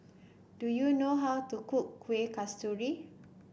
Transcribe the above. do you know how to cook Kuih Kasturi